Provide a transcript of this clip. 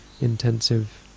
intensive